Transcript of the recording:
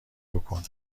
بکن